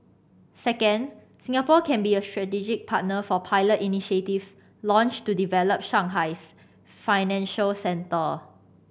second Singapore can be a strategic partner for pilot initiatives launched to develop Shanghai's financial centre